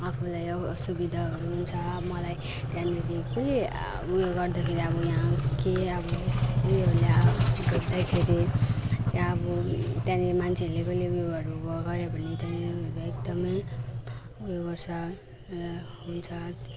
आफूलाई अब सुविधाहरू हुन्छ मलाई त्यहाँनिर केही ऊयो गर्दाखेरि अब यहाँ केही अब ऊ योहरूले अब त्यहाँनिर मान्छेहरूले कहिले ऊ योहरू गर्यो भने त्यहाँ ऊ योहरू एकदमै ऊ यो गर्छ र हुन्छ